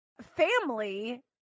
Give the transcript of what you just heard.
family